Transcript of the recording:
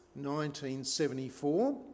1974